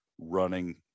running